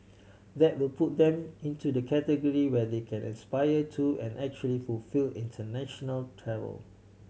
that will put them into the category where they can aspire to and actually fulfil international travel